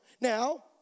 Now